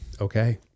okay